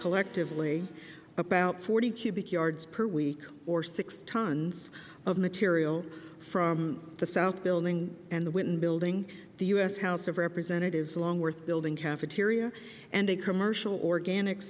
collectively about forty cubic yards per week or six tons of material from the south building and the whitten building the u s house of representatives longworth building cafeteria and a commercial organic